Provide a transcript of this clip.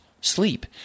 sleep